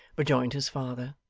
rejoined his father,